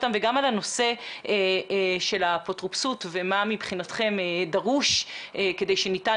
גם על נושא האפוטרופסות ומה מבחינתכם דרוש כדי שניתן